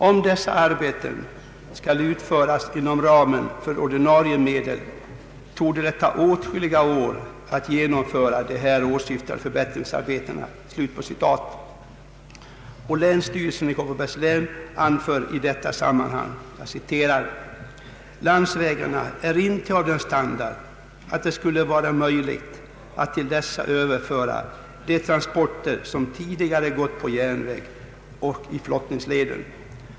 Om dessa arbeten skall utföras inom ramen för ordinarie medel torde det ta åtskilliga år att genomföra de här åsyftade förbättringsarbetena.” Länsstyrelsen i Kopparbergs län anför i detta sammanhang: ”Landsvägarna är inte av den standard att det skulle vara möjligt att till dessa överföra de transporter som tidigare gått på järnväg och i flottningsleden.